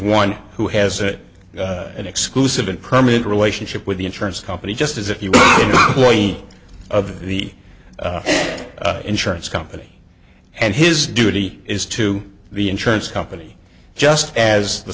one who has it an exclusive and permanent relationship with the insurance company just as if you complain of the insurance company and his duty is to the insurance company just as the